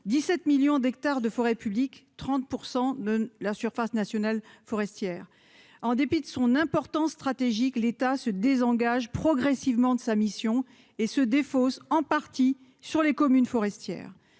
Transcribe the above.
17 millions d'hectares de forêts publiques, 30 pour 100 de la surface nationale forestière en dépit de son importance stratégique, l'État se désengage progressivement de sa mission et se défausse en partie sur les communes forestières,